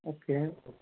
okay okay